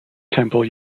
temple